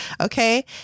Okay